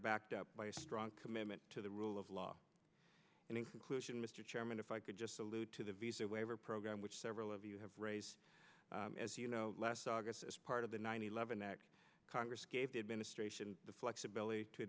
backed up by a strong commitment to the rule of law and in conclusion mr chairman if i could just allude to the visa waiver program which several of you have raised as you know last august as part of the nine eleven act congress gave the administration the flexibility to